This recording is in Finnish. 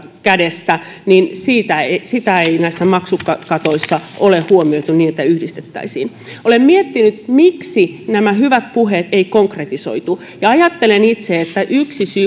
kädessä niin sitä ei näissä maksukatoissa ole huomioitu niin että yhdistettäisiin olen miettinyt miksi nämä hyvät puheet eivät konkretisoidu ajattelen itse että yksi syy